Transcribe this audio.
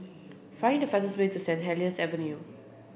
find the fastest way to Saint Helier's Avenue